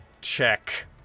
check